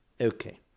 Okay